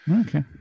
okay